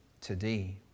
today